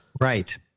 Right